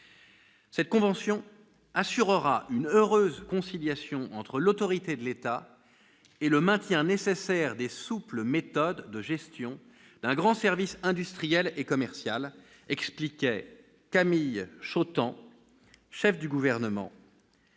« La convention assurer une heureuse conciliation entre l'autorité de l'État et le maintien nécessaire des souples méthodes de gestion [...] d'un grand service industriel et commercial », expliquait Camille Chautemps, chef du gouvernement,